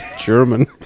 German